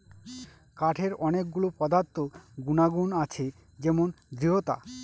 কাঠের অনেক গুলো পদার্থ গুনাগুন আছে যেমন দৃঢ়তা